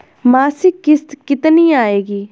मासिक किश्त कितनी आएगी?